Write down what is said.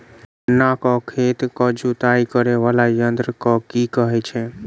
गन्ना केँ खेत केँ जुताई करै वला यंत्र केँ की कहय छै?